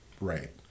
right